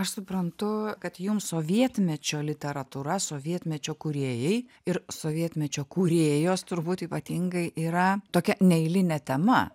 aš suprantu kad jums sovietmečio literatūra sovietmečio kūrėjai ir sovietmečio kūrėjos turbūt ypatingai yra tokia neeilinė tema